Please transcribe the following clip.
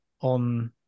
on